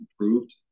improved